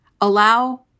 allow